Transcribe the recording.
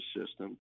system